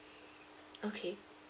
okay